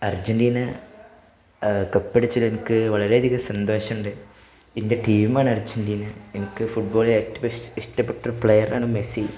Argentina കപ്പടിച്ചേലെനിക്ക് വളരെധികം സന്തോഷമുണ്ട് എൻ്റെ ടീമാണ് അർജൻടീന എനിക്ക് ഫുട്ബാളിലേറ്റവും ഇഷ്ടപ്പെട്ടൊരു പ്ലെയറാണ് മെസ്സി